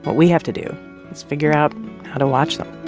but we have to do is figure out how to watch them